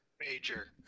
major